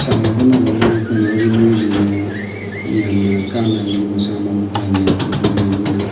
ꯁꯥꯟꯅ ꯈꯣꯠꯅꯕꯅ ꯈꯨꯡꯒꯪꯒꯤ ꯃꯤꯌꯣꯏꯁꯤꯡꯗ ꯌꯥꯝꯅ ꯀꯥꯟꯅꯍꯜꯂꯤ ꯃꯁꯥ ꯃꯎ ꯐꯍꯜꯂꯤ ꯃꯈꯣꯏꯗ ꯑꯩꯈꯣꯏꯅ